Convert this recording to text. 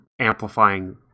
amplifying